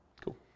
Cool